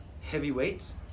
heavyweights